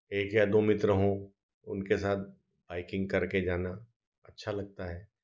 एक या दो मित्र हों उनके साथ बाइकिंग कर के जाना अच्छा लगता है